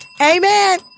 Amen